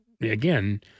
again